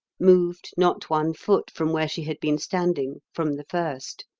moved not one foot from where she had been standing from the first.